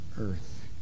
earth